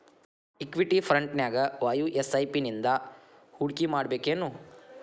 Equity ಫ್ರಂಟ್ನ್ಯಾಗ ವಾಯ SIP ನಿಂದಾ ಹೂಡ್ಕಿಮಾಡ್ಬೆಕೇನು?